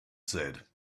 said